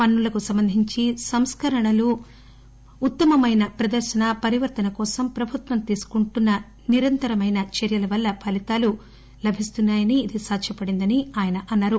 పన్ను లకు సంబంధించి సంస్కరణలు ఉత్తమమైన ప్రదర్శన పరివర్గన కోసం ప్రభుత్వం తీసుకుంటున్న నిరంతరమైన చర్యలవల్ల ఫలీతాలు లభిస్తున్నాయని ఇది సాధ్యపడిందని ఆయన అన్నారు